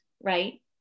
right